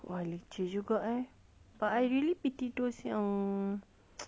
!wah! leceh juga eh but I really pity those yang